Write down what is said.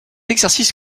exercice